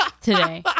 today